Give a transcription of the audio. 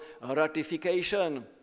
ratification